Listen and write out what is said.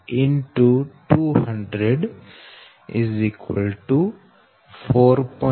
02078 X 200 4